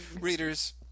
readers